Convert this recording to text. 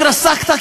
התרסקת,